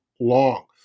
long